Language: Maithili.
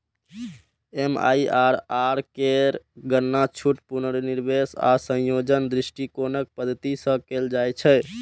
एम.आई.आर.आर केर गणना छूट, पुनर्निवेश आ संयोजन दृष्टिकोणक पद्धति सं कैल जाइ छै